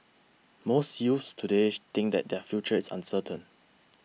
most youths today she think that their future is uncertain